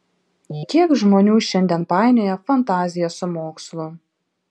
kiek žmonių šiandien painioja fantaziją su mokslu